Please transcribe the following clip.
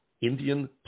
Indian